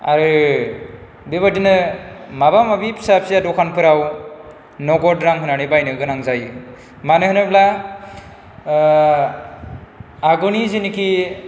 आरो बेबायदिनो माबा माबि फिसा फिसा दखानफोराव नगद रां होनानै बायनो गोनां जायो मानो होनोब्ला आगुनि जेनेखि